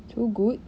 too good